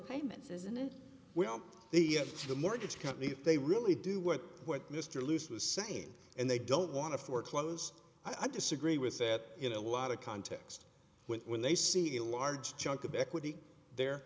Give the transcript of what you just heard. payments isn't it will the the mortgage company if they really do what what mr loose was saying and they don't want to foreclose i disagree with that you know out of context when when they see a large chunk of equity there